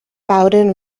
bowden